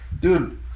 dude